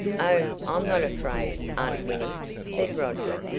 oh, i'm not afraid, aunt winnie, said roger,